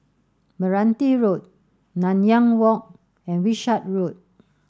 Meranti Road Nanyang Walk and Wishart Road